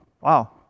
wow